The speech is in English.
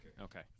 Okay